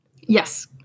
yes